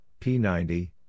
P90